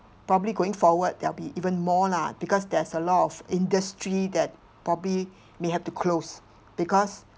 probably going forward there will be even more lah because there's a lot of industry that probably may have to close because